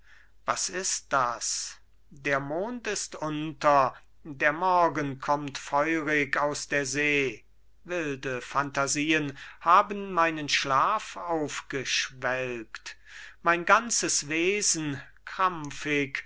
was ist das der mond ist unter der morgen kommt feurig aus der see wilde phantasien haben meinen schlaf aufgeschwelgt mein ganzes wesen krampfig